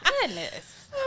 Goodness